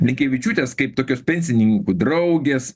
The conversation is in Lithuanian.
blinkevičiūtės kaip tokios pensininkų draugės